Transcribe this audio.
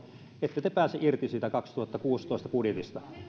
ette te pääse irti siitä vuoden kaksituhattakuusitoista budjetista